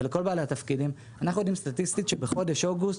ולכל בעלי התפקידים שבחודש אוגוסט,